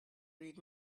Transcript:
read